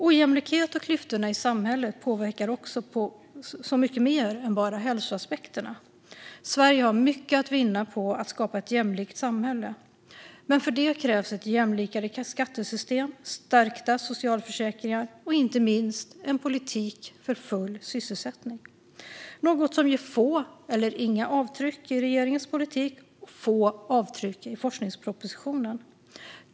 Ojämlikheten och klyftorna i samhället påverkar så mycket mer än bara hälsoaspekterna. Sverige har mycket att vinna på att skapa ett jämlikt samhälle. Men för det krävs ett mer jämlikt skattesystem, stärkta socialförsäkringar och inte minst en politik för full sysselsättning - något som ger få eller inga avtryck i regeringens politik och få avtryck i forskningspropositionen.